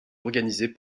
organisée